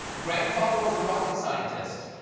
grandfather was a rocket scientist.